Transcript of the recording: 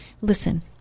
Listen